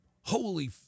Holy